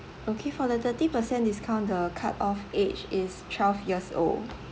okay for the thirty percent discount the cut off age is twelve years old